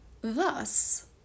Thus